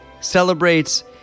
celebrates